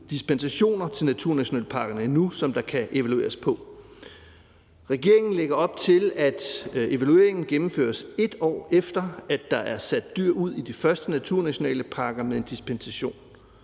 dispensationer til naturnationalparkerne endnu, som der kan evalueres på. Regeringen lægger op til, at evalueringen gennemføres, 1 år efter at der er sat dyr ud i de første naturnationalparker med en dispensation.